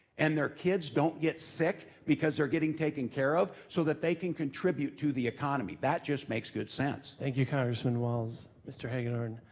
and their kids don't get sick, because they're getting taken care of, so that they can contribute to the economy, that just makes good sense. thank you congressman walz. mr. hagedorn.